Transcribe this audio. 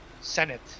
senate